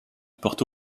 porto